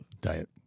Diet